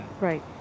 Right